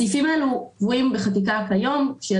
הסעיפים הללו קבועים בחקיקה כיום של